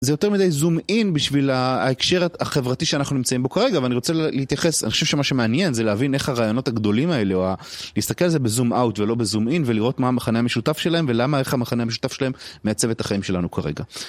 זה יותר מדי זום אין בשביל ההקשר החברתי שאנחנו נמצאים בו כרגע, ואני רוצה להתייחס, אני חושב שמה שמעניין זה להבין איך הרעיונות הגדולים האלה, או להסתכל על זה בזום אאוט ולא בזום אין, ולראות מה המחנה המשותף שלהם, ולמה המחנה המשותף שלהם מעצב את החיים שלנו כרגע.